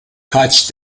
kutch